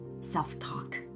Self-Talk